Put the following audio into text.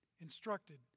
instructed